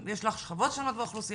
יש לך שכבות שונים באוכלוסייה,